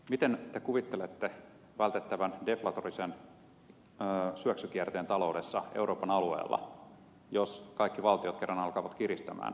miten te kuvittelette vältettävän deflatorisen syöksykierteen taloudessa euroopan alueella jos kaikki valtiot kerran alkavat kiristää